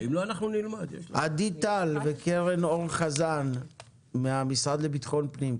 עדי טל וקרן אור חזן מהמשרד לבטחון פנים.